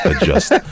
adjust